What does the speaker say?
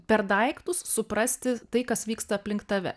per daiktus suprasti tai kas vyksta aplink tave